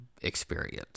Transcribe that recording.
experience